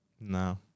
No